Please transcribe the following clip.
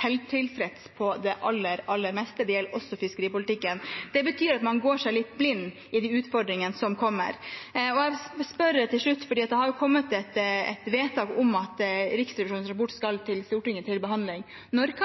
selvtilfreds på det aller, aller meste. Det gjelder også fiskeripolitikken. Det betyr at man ser seg litt blind på de utfordringene som kommer. Jeg vil spørre til slutt, for det har kommet et vedtak om at Riksrevisjonens rapport skal til Stortinget til behandling: Når